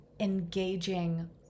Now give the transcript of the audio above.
engaging